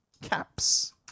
Caps